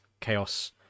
Chaos